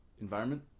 environment